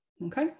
Okay